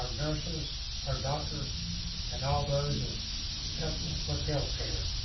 nurses or doctors and all those his emphasis with health care.